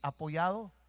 apoyado